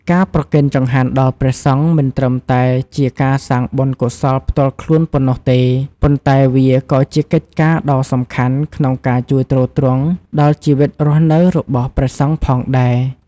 ការប្រគេនចង្ហាន់ដល់ព្រះសង្ឃមិនត្រឹមតែជាការសាងបុណ្យកុសលផ្ទាល់ខ្លួនប៉ុណ្ណោះទេ ប៉ុន្តែវាក៏ជាកិច្ចការដ៏សំខាន់ក្នុងការជួយទ្រទ្រង់ដល់ជីវិតរស់នៅរបស់ព្រះសង្ឃផងដែរ។